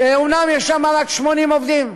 אומנם יש שם רק 80 עובדים,